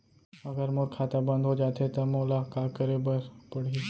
अगर मोर खाता बन्द हो जाथे त मोला का करे बार पड़हि?